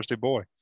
boy